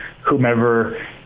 whomever